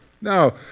no